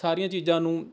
ਸਾਰੀਆਂ ਚੀਜ਼ਾਂ ਨੂੰ